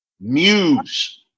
muse